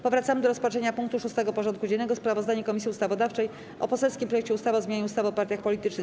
Powracamy do rozpatrzenia punktu 6. porządku dziennego: Sprawozdanie Komisji Ustawodawczej o poselskim projekcie ustawy o zmianie ustawy o partiach politycznych.